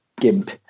gimp